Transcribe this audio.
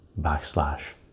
backslash